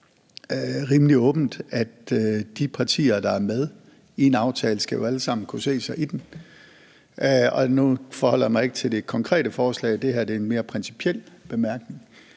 rimelig åbent, at de partier, der er med i en aftale, jo alle sammen skal kunne se sig i den – og nu forholder jeg mig ikke til det konkrete forslag; det her er en mere principiel bemærkning.